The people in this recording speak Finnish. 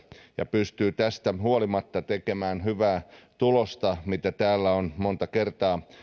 ja pystyy tästä huolimatta tekemään hyvää tulosta mitä täällä on monta kertaa